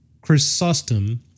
Chrysostom